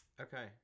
Okay